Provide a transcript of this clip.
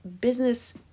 business